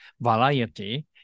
variety